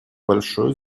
большое